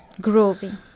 groovy